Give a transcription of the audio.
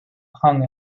hung